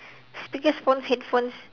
speakers phones headphones